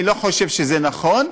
אני לא חושב שזה נכון.